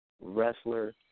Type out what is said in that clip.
wrestler